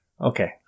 Okay